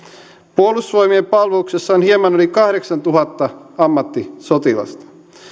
puolustusvoimien palveluksessa on hieman yli kahdeksantuhatta ammattisotilasta